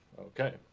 Okay